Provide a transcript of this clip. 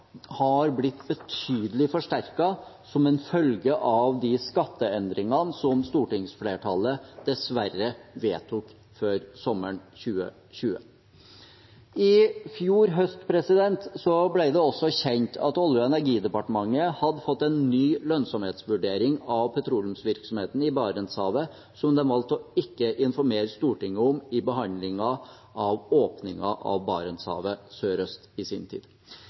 har blitt betydelig forsterket som en følge av de skatteendringene som stortingsflertallet dessverre vedtok før sommeren 2020. I fjor høst ble det også kjent at Olje- og energidepartementet hadde fått en ny lønnsomhetsvurdering av petroleumsvirksomheten i Barentshavet som de valgte ikke å informere Stortinget om i behandlingen av åpningen av Barentshavet sørøst i sin tid.